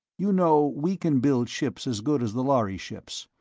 you know we can build ships as good as the lhari ships,